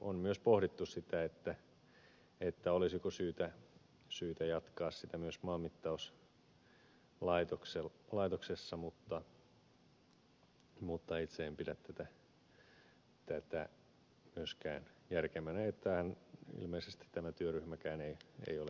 on myös pohdittu sitä olisiko syytä jatkaa sitä myös maanmittauslaitoksessa mutta itse en pidä tätä myöskään järkevänä ja tähän ilmeisesti tämä työryhmäkään ei ole päätymässä